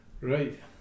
Right